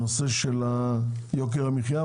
הנושא של יוקר המחיה,